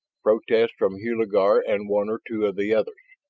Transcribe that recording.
protests from hulagur and one or two of the others.